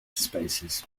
spaces